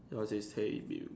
so I say hey Bill